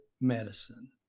medicine